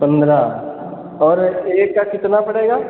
पन्द्रह और एक का कितना पड़ेगा